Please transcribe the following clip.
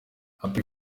happy